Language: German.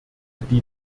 die